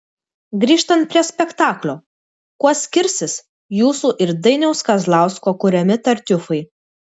grįžtant prie spektaklio kuo skirsis jūsų ir dainiaus kazlausko kuriami tartiufai